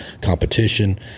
competition